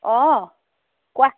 অঁ কোৱা